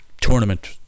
tournament